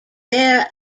their